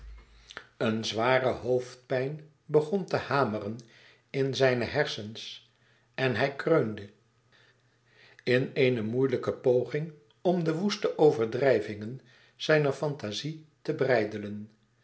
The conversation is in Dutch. een zware hoofdpijn begon te hameren in zijne hersens en hij kreunde in eene moeilijke poging om de woeste overdrijvingen zijner fantazie te breidelen